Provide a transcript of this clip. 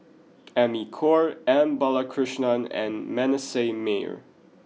Amy Khor M Balakrishnan and Manasseh Meyer